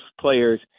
players